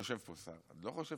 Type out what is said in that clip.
יושב פה שר, אני לא חושב